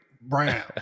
brown